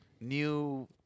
new